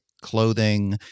clothing